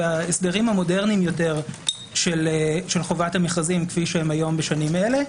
וההסדרים המודרניים יותר של חובת המכרזים כפי שהם היום בשנים אלה,